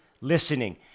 listening